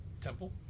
Temple